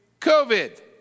COVID